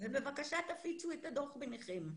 בבקשה תפיצו את הדוח ביניכם.